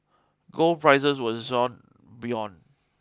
gold prices were buoyant